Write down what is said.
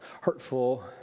hurtful